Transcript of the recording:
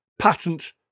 patent